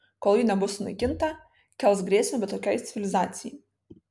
kol ji nebus sunaikinta kels grėsmę bet kokiai civilizacijai